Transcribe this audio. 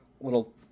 little